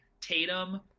Tatum